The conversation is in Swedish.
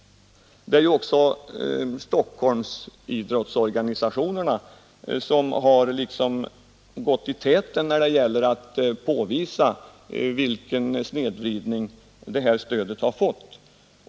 Det är också idrottsorganisationerna i Stockholm som har gått i täten när det gällt att påvisa den snedvridning som stödet har fått.